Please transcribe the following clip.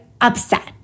upset